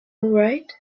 right